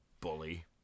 Bully